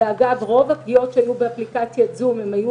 אגב רוב הפגיעות שהיו באפליקציית זום היו